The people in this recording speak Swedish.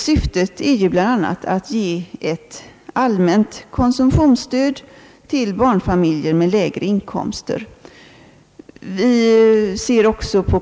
Syftet är ju bl.a. att ge ett allmänt konsumtionsstöd till barnfamiljer med lägre inkomster.